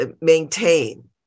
maintain